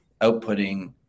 outputting